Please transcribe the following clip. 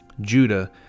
Judah